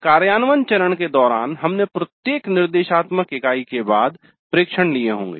कार्यान्वयन चरण के दौरान हमने प्रत्येक निर्देशात्मक इकाई के बाद प्रेक्षण लिए होंगे